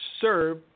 serve